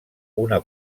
una